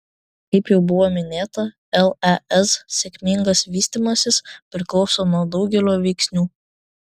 kaip jau buvo minėta lez sėkmingas vystymasis priklauso nuo daugelio veiksnių